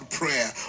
prayer